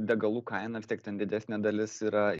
degalų kaina vis tiek ten didesnė dalis yra